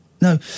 No